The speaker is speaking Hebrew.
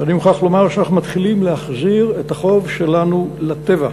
אני מוכרח לומר שאנחנו מתחילים להחזיר את החוב שלנו לטבע.